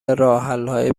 راهحلهای